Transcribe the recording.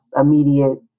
immediate